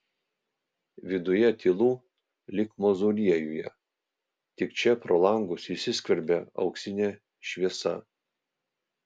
viduje tylu lyg mauzoliejuje tik čia pro langus įsiskverbia auksinė šviesa